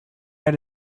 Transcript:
had